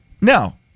Now